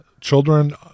Children